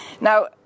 Now